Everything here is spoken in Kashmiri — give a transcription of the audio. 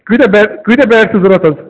کٕتیٛاہ بیٹ کٕتیٛاہ بیٹ چھو ضوٚرت حظ